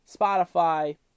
Spotify